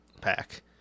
pack